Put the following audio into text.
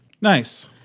Nice